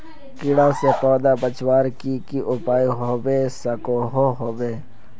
कीड़ा से पौधा बचवार की की उपाय होबे सकोहो होबे?